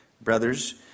Brothers